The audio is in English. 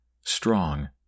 strong